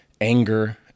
anger